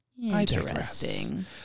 Interesting